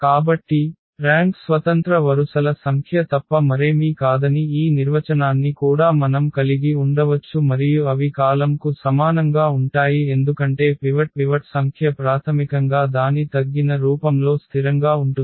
కాబట్టి ర్యాంక్ స్వతంత్ర వరుసల సంఖ్య తప్ప మరేమీ కాదని ఈ నిర్వచనాన్ని కూడా మనం కలిగి ఉండవచ్చు మరియు అవి కాలమ్కు సమానంగా ఉంటాయి ఎందుకంటే పివట్ సంఖ్య ప్రాథమికంగా దాని తగ్గిన రూపంలో స్థిరంగా ఉంటుంది